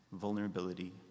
Vulnerability